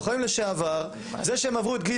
זה שאין תשתיות זה אומר שצריך לקחת פרוטקשן?